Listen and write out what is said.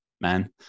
man